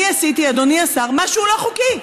אני עשיתי, אדוני השר, משהו לא חוקי.